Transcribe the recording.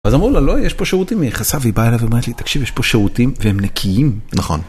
אז אמרו לה, לא, יש פה שירותים, היא נכנסה והיא באה אליי והיא אומרת לי, תקשיב, יש פה שירותים והם נקיים, נכון.